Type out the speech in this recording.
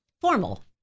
Formal